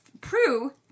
Prue